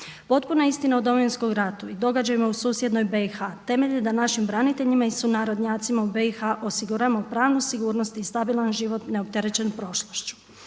Potpuna istina o Domovinskom ratu i događajima u susjednoj BiH temelj je da našim braniteljima i sunarodnjacima u BiH osiguramo pravnu sigurnost i stabilan život neopterećen prošlošću.